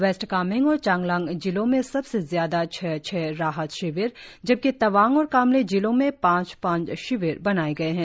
waste Kameng और चांगलांग जिलों में सबसे ज्यादा छह छह राहत शिविर जबकि तवांग और कामले जिलों में पांच पांच शिविर बनाए गए है